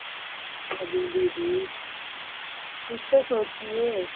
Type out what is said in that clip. दीदी कुछ तो सोचिए